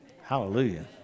Hallelujah